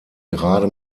gerade